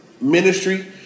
ministry